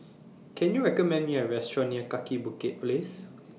Can YOU recommend Me A Restaurant near Kaki Bukit Place